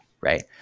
Right